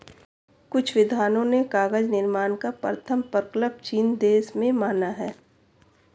कुछ विद्वानों ने कागज निर्माण का प्रथम प्रकल्प चीन देश में माना है